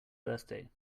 birthday